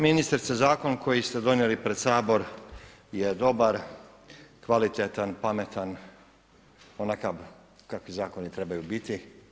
Ministrice zakon koji ste donijeli pred sabor je dobar, kvalitetan, pametan, onakav kakvi zakoni trebaju biti.